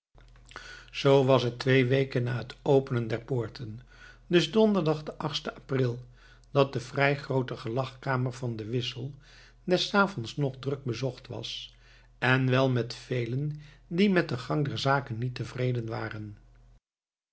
zoo was het twee weken na het openen der poorten dus donderdag den achtsten april dat de vrij groote gelagkamer van de wissel des avonds nog druk bezocht was en wel met velen die met den gang der zaken niet tevreden waren